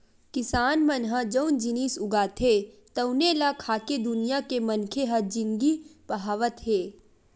किसान मन जउन जिनिस उगाथे तउने ल खाके दुनिया के मनखे ह जिनगी पहावत हे